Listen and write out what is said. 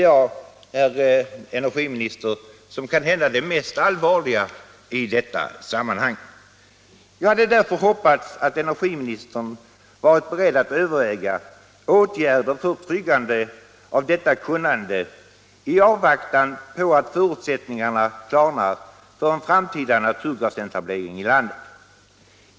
Jag hade därför hoppats att energiministern hade varit beredd att överväga åtgärder för att trygga detta kunnande i avvaktan på att förutsättningarna för en framtida naturgasetablering i landet klarnar.